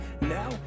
Now